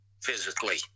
physically